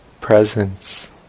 presence